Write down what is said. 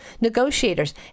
negotiators